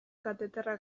kateterra